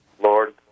Lord